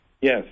Yes